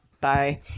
Bye